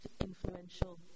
influential